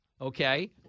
okay